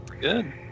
Good